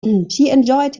enjoyed